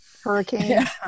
hurricane